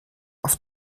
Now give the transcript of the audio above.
auf